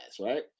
right